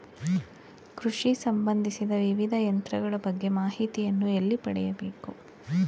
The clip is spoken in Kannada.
ಕೃಷಿ ಸಂಬಂದಿಸಿದ ವಿವಿಧ ಯಂತ್ರಗಳ ಬಗ್ಗೆ ಮಾಹಿತಿಯನ್ನು ಎಲ್ಲಿ ಪಡೆಯಬೇಕು?